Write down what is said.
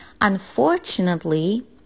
Unfortunately